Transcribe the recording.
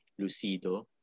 Lucido